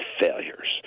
failures